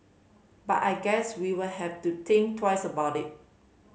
but I guess we would have to think twice about it